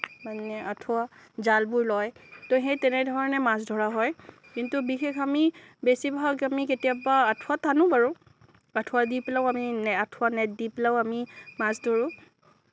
মানে আঠুৱা জালবোৰ লয় ত' সেই তেনেধৰণে মাছ ধৰা হয় কিন্তু বিশেষ আমি বেছিভাগ আমি কেতিয়াবা আঠুৱা টানো বাৰু আঠুৱা দি পেলাইও আমি আঠুৱা নেট দি পেলাইও আমি মাছ ধৰোঁ